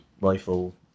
rifle